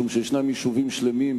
משום שיש יישובים שלמים,